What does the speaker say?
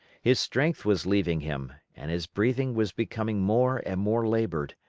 his strength was leaving him, and his breathing was becoming more and more labored.